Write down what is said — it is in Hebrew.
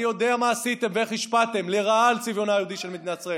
אני יודע מה עשיתם ואיך השפעתם לרעה על צביונה היהודי של מדינת ישראל.